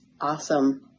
awesome